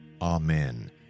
Amen